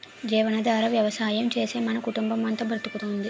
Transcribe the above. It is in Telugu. జీవనాధార వ్యవసాయం చేసే మన కుటుంబమంతా బతుకుతోంది